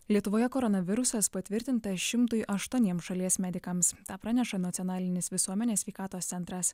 lietuvoje koronavirusas patvirtintas šimtui aštuoniems šalies medikams praneša nacionalinis visuomenės sveikatos centras